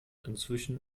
inzwischen